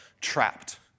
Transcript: trapped